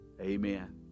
Amen